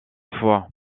fois